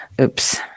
Oops